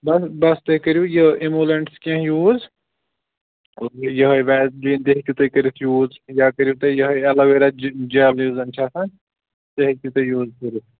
بس بس تُہۍ کٔرِو یہِ ایمولنس کیٚنٛہہ یوٗز یوٚہے ویزیلیٖن تہٕ ہیٚکِو تُہۍ کٔرِتھ یوٗز یا کٔرِو تُہۍ یوٚہے ایلوویرا جل یُس زن چھُ آسان سُہ ہیٚکِو تُہۍ یوٗز کٔرِتھ